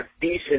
decent